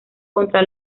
contra